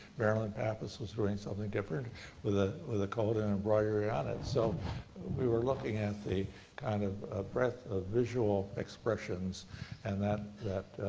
marilyn pappas was doing something different with the with the coat, and embroidery on it, and so we were looking at the kind of breadth of visual expressions and that that